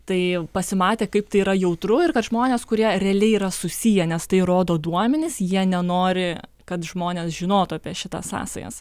tai pasimatė kaip tai yra jautru ir kad žmonės kurie realiai yra susiję nes tai rodo duomenys jie nenori kad žmonės žinotų apie šitas sąsajas